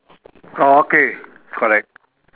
oh okay correct